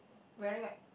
wearing at